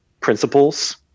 principles